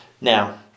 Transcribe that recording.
Now